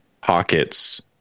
pockets